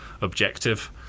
objective